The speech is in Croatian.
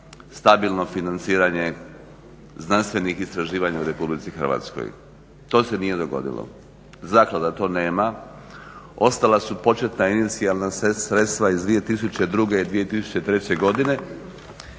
stabilno financiranje znanstvenih istraživanja u Republici Hrvatskoj. To se nije dogodilo. Zaklada to nema, ostala su početna inicijalna sredstva iz 2002. i 2003. godine